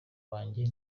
wanjye